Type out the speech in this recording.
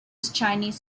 chinese